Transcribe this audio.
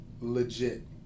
legit